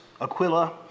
Aquila